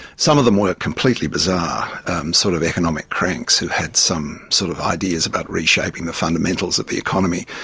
some of them were completely bizarre sort of economic cranks who had some sort of ideas about reshaping the fundamentals of the economy.